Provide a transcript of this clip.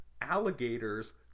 alligators